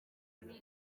muri